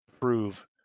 prove